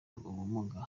ubumuga